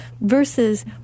versus